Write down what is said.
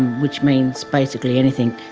which means basically anything